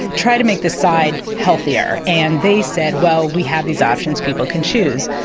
try to make this side healthier. and they said well we have these options, people can choose'.